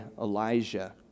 Elijah